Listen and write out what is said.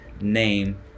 name